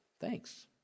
Thanks